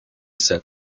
said